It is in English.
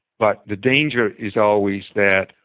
but the danger is always that,